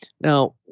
Now